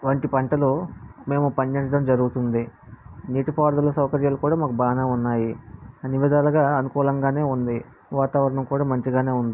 వంటి పంటలు మేము పండించడం జరుగుతుంది నీటి పారుదల సౌకర్యాలు కూడా మాకు బాగా ఉన్నాయి అన్ని విధాలుగా అనుకూలంగా ఉంది వాతావరణం కూడా మంచిగా ఉంది